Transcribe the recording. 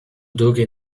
drugiej